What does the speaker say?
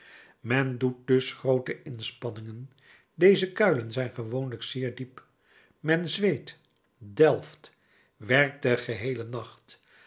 men doet dus groote inspanningen deze kuilen zijn gewoonlijk zeer diep men zweet delft werkt den geheelen nacht